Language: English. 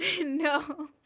No